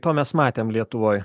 tą mes matėm lietuvoj